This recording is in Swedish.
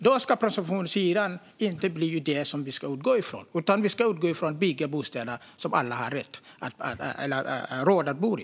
Det är inte presumtionshyran som vi ska utgå ifrån, utan vi ska utgå ifrån att vi ska bygga bostäder som alla ha råd att bo i.